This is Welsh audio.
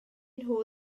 nhw